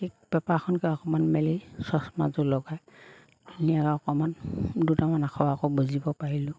ঠিক পেপাৰখনকে অকণমান মেলি চশমাযোৰ লগাই ধুনীয়া অকণমান দুটামান আখৰ আকৌ বুজিব পাৰিলোঁ